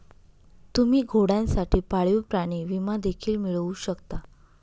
तुम्ही घोड्यांसाठी पाळीव प्राणी विमा देखील मिळवू शकता